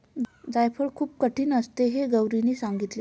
जायफळ खूप कठीण असते हे गौरीने सांगितले